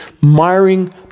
miring